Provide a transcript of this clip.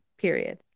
period